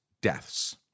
deaths